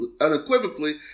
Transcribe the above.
unequivocally